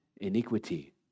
iniquity